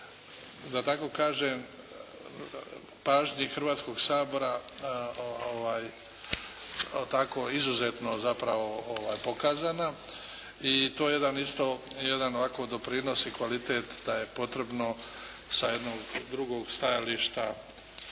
da tako kažem, pažnji Hrvatskog sabora tako izuzetno zapravo pokazana i to je jedan isto jedan ovako doprinos i kvalitet da je potrebno sa jednog drugog stajališta